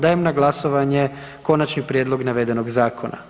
Dajem na glasovanje konačni prijedlog navedenog zakona.